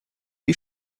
wie